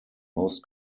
most